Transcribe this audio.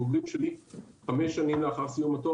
הבוגרים שלי חמש שנים לאחר סיום התואר